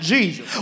Jesus